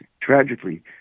tragically